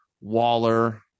Waller